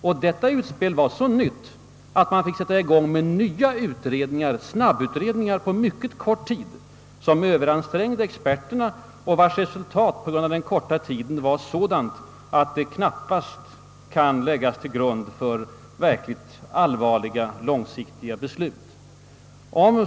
Utspelet var så överraskande att man på mycket kort tid fick sätta i gång med nya snabbutredningar, som Ööveransträngde experterna och vilkas resultat på grund av den korta tiden var sådant att det knappast kan läggas till grund för verkligt allvarliga långsiktiga beslut.